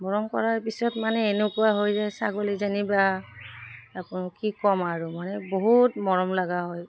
মৰম কৰাৰ পিছত মানে এনেকুৱা হয় যে ছাগলী যেনিবা আ কি ক'ম আৰু মানে বহুত মৰম লাগা হয়